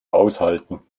aushalten